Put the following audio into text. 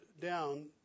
down